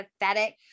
pathetic